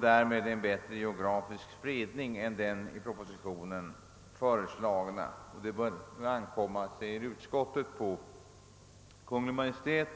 Därmed når man en bättre geografisk spridning än den i propositionen föreslagna. Det bör ankomma, säger utskottet, på Kungl. Maj:t